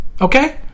Okay